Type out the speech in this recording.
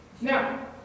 Now